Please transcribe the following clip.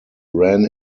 ran